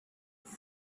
was